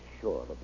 sure